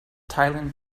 thailand